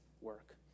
work